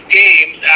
games